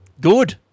Good